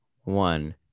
one